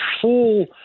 full